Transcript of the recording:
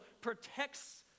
protects